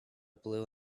blue